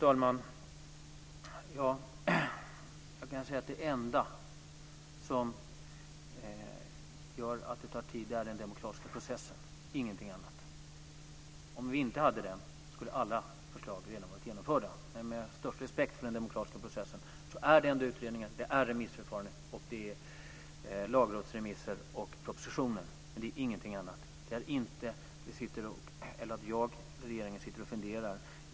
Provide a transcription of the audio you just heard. Fru talman! Det enda som gör att det tar tid är den demokratiska processen, ingenting annat. Om vi inte hade den skulle alla förslag redan ha varit genomförda. Vi måste visa stor respekt för den demokratiska processen. Det innebär utredningar, remissförfarande, lagrådsremisser och propositioner. Det är ingenting annat som tar tid. Det är inte så att jag eller regeringen sitter och funderar.